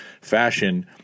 fashion